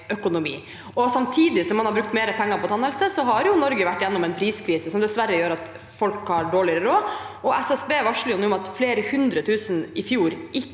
Samtidig som man har brukt mer penger på tannhelse, har Norge vært gjennom en priskrise, som dessverre gjør at folk har dårligere råd. SSB varsler nå om at flere hundre tusen ikke